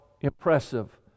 impressive